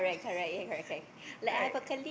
right